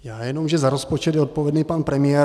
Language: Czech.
Já jenom, že za rozpočet je odpovědný pan premiér.